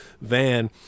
van